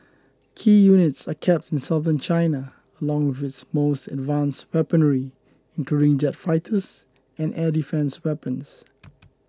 key units are kept in Southern China along with its most advanced weaponry including jet fighters and air defence weapons